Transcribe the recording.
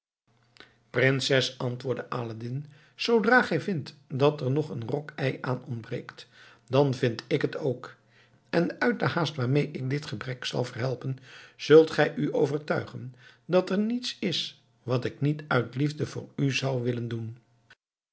prinses antwoordde aladdin zoodra gij vindt dat er nog een rock ei aan ontbreekt dan vind ik het ook en uit de haast waarmee ik dit gebrek zal verhelpen zult gij u overtuigen dat er niets is wat ik niet uit liefde voor u zou willen doen